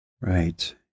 Right